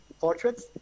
Portraits